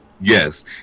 yes